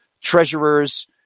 treasurers